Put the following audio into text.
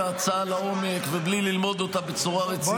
ההצעה לעומק ובלי ללמוד אותה בצורה רצינית.